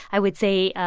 i would say,